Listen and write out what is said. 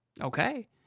okay